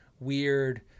weird